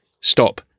stop